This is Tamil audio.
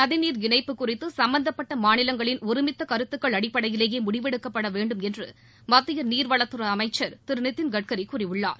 நதிநீர் இணைப்பு குறித்து சும்பந்தப்பட்ட மாநிலங்களின் ஒருமித்த கருத்துக்கள் அடிப்படையிலேயே முடிவெடுக்கப்பட வேண்டும் என்று மத்திய நீர்வளத்துறை அமைச்சர் திரு நிதின்கட்கரி கூறியுள்ளார்